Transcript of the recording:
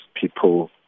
people